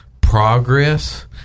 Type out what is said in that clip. progress